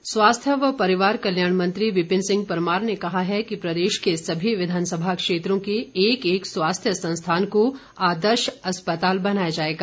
परमार स्वास्थ्य व परिवार कल्याण मंत्री विपिन सिंह परमार ने कहा है कि प्रदेश में सभी विधानसभा क्षेत्रों के एक एक स्वास्थ्य संस्थान को आदर्श अस्पताल बनाया जाएगा